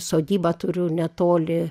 sodybą turiu netoli